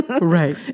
Right